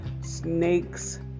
snakes